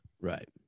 Right